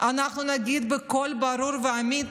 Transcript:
אנחנו נגיד בקול ברור ואמיץ: